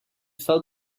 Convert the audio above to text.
fell